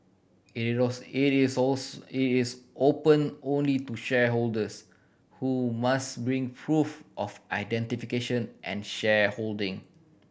it it is it is open only to shareholders who must bring proof of identification and shareholding